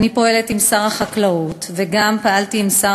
אני פועלת עם שר החקלאות וגם פעלתי עם שר